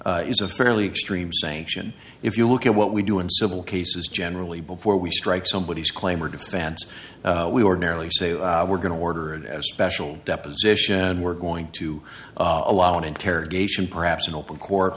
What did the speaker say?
is a fairly extreme sanction if you look at what we do in civil cases generally before we strike somebody is claim or defense we ordinarily say oh we're going to order it as a special deposition and we're going to allow an interrogation perhaps in open court